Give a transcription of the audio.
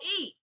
eat